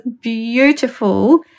beautiful